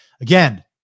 again